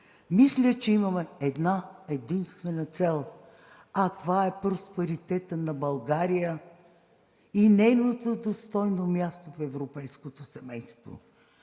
мисля, че имаме една-единствена цел, а това е просперитетът на България и нейното достойно място в европейското семейство.